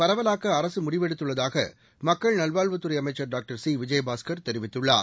பரவலாக்க அரசு முடிவெடுத்துள்ளதாக மக்கள் நல்வாழ்வுத்துறை அமைச்சர் டாக்டர் சி விஜயபாஸ்கர் தெரிவித்துள்ளார்